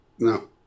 No